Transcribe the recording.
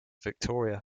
victoria